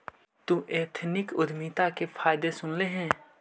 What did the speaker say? तु एथनिक उद्यमिता के फायदे सुनले हे?